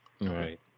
Right